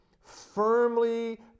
firmly